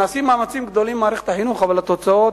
נעשים מאמצים גדולים במערכת החינוך, אבל התוצאות,